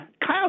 Kyle